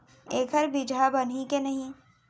एखर बीजहा बनही के नहीं?